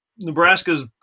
Nebraska's